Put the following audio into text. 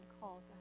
calls